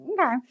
okay